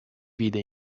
vide